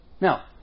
now